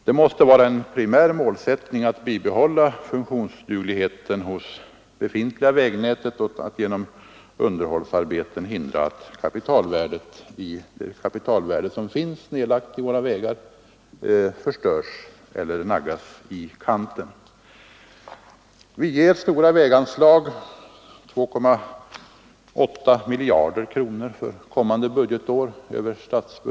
Det måste vara en primär målsättning att bibehålla det befintliga vägnätets funktionsduglighet och att genom underhållsarbeten hindra att det kapitalvärde som finns nedlagt i våra vägar förstörs eller naggas i kanten. Vi beviljar stora väganslag över statsbudgeten — 2,8 miljarder kronor för kommande budgetår.